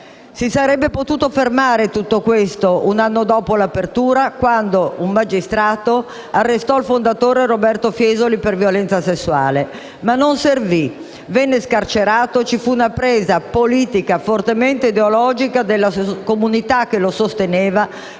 Si sarebbe potuto fermare tutto questo un anno dopo l'apertura, quando un magistrato arrestò il fondatore Roberto Fiesoli per violenza sessuale. Ma non servì. Venne scarcerato e ci fu una presa di posizione politica e fortemente ideologica della comunità che lo sosteneva,